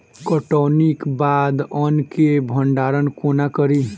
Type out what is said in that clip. कटौनीक बाद अन्न केँ भंडारण कोना करी?